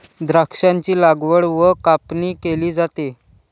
द्राक्षांची लागवड व कापणी केली जाते